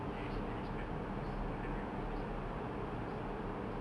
then actually I spent almost one hundred dollars on like Animal Crossing for no reason